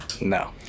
No